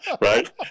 right